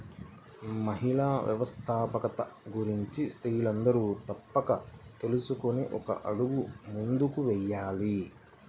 మహిళా వ్యవస్థాపకత గురించి స్త్రీలందరూ తప్పక తెలుసుకొని ఒక అడుగు ముందుకు వేయాలి